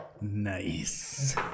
Nice